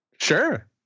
Sure